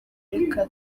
reka